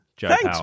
Thanks